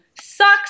sucks